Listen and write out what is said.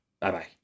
Bye-bye